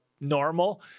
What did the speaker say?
normal